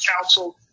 council